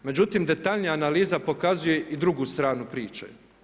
Međutim, detaljnija analiza pokazuje i drugu stranu priče.